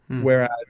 whereas